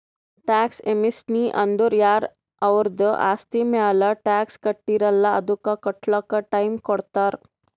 tax amnesty ಅಂದುರ್ ಯಾರ ಅವರ್ದು ಆಸ್ತಿ ಮ್ಯಾಲ ಟ್ಯಾಕ್ಸ್ ಕಟ್ಟಿರಲ್ಲ್ ಅದು ಕಟ್ಲಕ್ ಟೈಮ್ ಕೊಡ್ತಾರ್